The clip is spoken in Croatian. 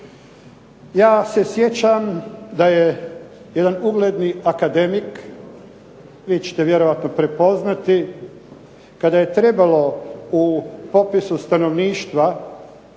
Ja se sjećam da je jedan ugledni akademik, vi ćete vjerojatno prepoznati kada je trebalo u popisu stanovništva